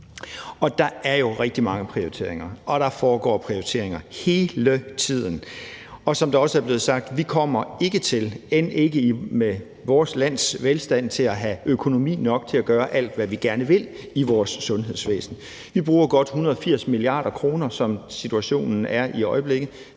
Der er jo rigtig mange prioriteringer, og der foregår prioriteringer hele tiden. Som det også er blevet sagt, kommer vi ikke, end ikke med vores lands velstand, til at have økonomien til at gøre alt, hvad vi gerne vil i vores sundhedsvæsen. Vi bruger godt 180 mia. kr., som situationen er i øjeblikket.